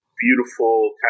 beautiful